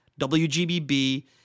WGBB